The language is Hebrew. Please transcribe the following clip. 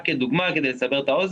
רק כדוגמה, כדי לסבר את האוזן,